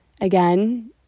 again